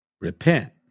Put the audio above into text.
Repent